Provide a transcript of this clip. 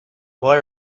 boy